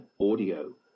audio